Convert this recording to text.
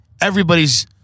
everybody's